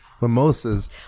mimosas